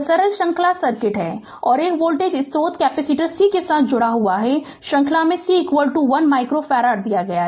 यह सरल श्रृंखला सर्किट और एक वोल्टेज स्रोत कैपेसिटर c के साथ जुड़ा हुआ है श्रृंखला में c 1 माइक्रो फैराड दिया गया